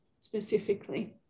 specifically